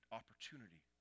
opportunity